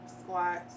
squats